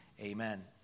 amen